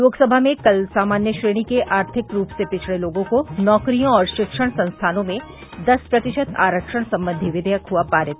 लोकसभा में कल सामान्य श्रेणी के आर्थिक रूप से पिछड़े लोगों को नौकरियों और शिक्षण संस्थानों में दस प्रतिशत आरक्षण संबधी विधेयक हआ पारित